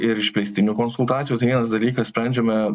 ir išplėstinių konsultacijų tai vienas dalykas sprendžiame